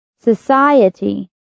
Society